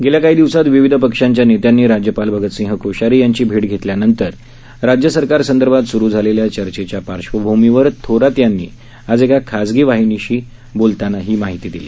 गेल्या काही दिवसांत विविध पक्षांच्या नेत्यांनी राज्यपाल भगतसिंह कोश्यारी यांची भैट घेतल्यानंतर राज्य सरकारसंदर्भात सुरू झालेल्या चर्चेच्या पार्श्वभूमीवर थोरात आज एका खासगी वृत्तवाहिनीशी बोलत होते